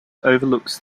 overlooks